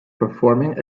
performing